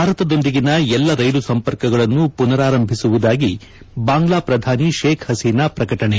ಭಾರತದೊಂದಿಗಿನ ಎಲ್ಲ ರೈಲು ಸಂಪರ್ಕಗಳನ್ನು ಮನರಾರಂಭಿಸುವುದಾಗಿ ಬಾಂಗ್ಲಾ ಪ್ರಧಾನಿ ಶೇಖ್ ಪಸಿನಾ ಪ್ರಕಟಣೆ